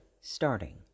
starting